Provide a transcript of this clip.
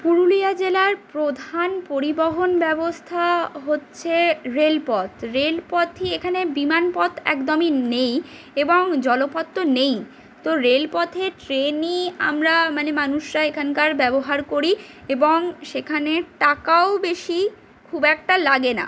পুরুলিয়া জেলার প্রধান পরিবহন ব্যবস্থা হচ্ছে রেলপথ রেলপথই এখানে বিমানপথ একদমই নেই এবং জলপথ তো নেইই তো রেলপথে ট্রেনই আমরা মানে মানুষরা এখানকার ব্যবহার করি এবং সেখানে টাকাও বেশি খুব একটা লাগে না